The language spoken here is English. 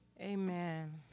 Amen